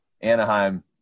Anaheim